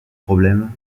problème